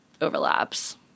Overlaps